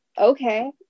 okay